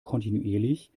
kontinuierlich